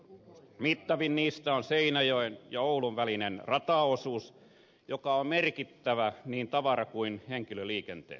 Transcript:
mittavin niistä on seinäjoen ja oulun välinen rataosuus joka on merkittävä niin tavara kuin henkilöliikenteelle